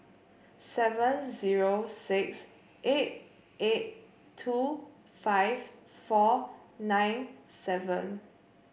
seven zero six eight eight two five four nine seven